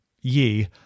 ye